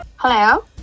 Hello